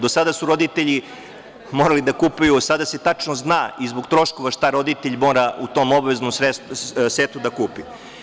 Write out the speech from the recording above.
Do sada su roditelji morali da kupuju, a sada se tačno zna i zbog troškova šta roditelj mora u tom obaveznom setu da kupi.